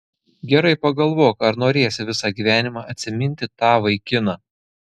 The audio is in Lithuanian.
gerai pagalvok ar norėsi visą gyvenimą atsiminti tą vaikiną